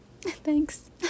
Thanks